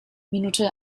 minute